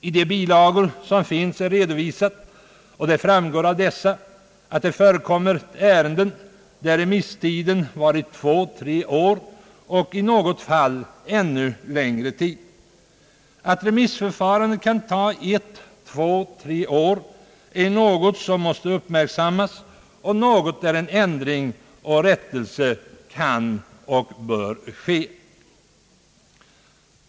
Av de bilagor som redovisas framgår att det förekommer ärenden där remisstiden varit två, tre år och i något fall ännu längre tid. Att remissförfarandet tar ett, två, tre år är något som måste uppmärksammas; här bör en ändring och rättelse ske.